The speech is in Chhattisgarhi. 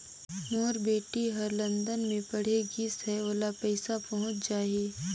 मोर बेटी हर लंदन मे पढ़े गिस हय, ओला पइसा पहुंच जाहि?